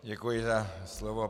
Děkuji za slovo.